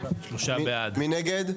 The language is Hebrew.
מי נגד?